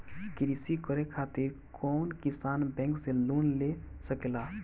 कृषी करे खातिर कउन किसान बैंक से लोन ले सकेला?